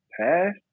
past